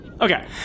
Okay